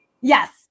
Yes